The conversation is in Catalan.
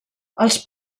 els